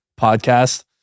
podcast